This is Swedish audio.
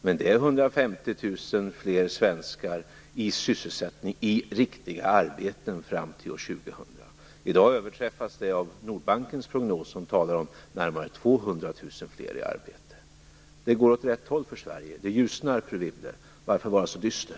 Men det handlar om 150 000 fler svenskar i sysselsättning i riktiga arbeten fram till år 2000. I dag överträffas det av Nordbankens prognos som talar om närmare 200 000 fler i arbete. Det går åt rätt håll för Sverige. Det ljusnar, fru Wibble. Varför vara så dyster?